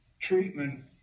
treatment